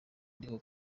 ndiho